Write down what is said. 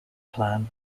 plan